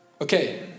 Okay